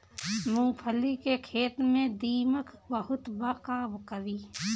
मूंगफली के खेत में दीमक बहुत बा का करी?